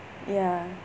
ya